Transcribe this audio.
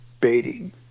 baiting